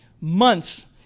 months